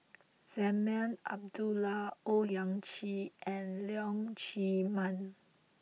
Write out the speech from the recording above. Azman Abdullah Owyang Chi and Leong Chee Mun